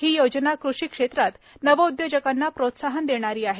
ही योजना कृषी क्षेत्रात नवउद्योजकांना प्रोत्साहन देणार आहे